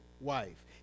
wife